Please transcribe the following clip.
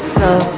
Slow